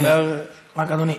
אני אומר, רגע, אדוני.